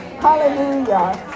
hallelujah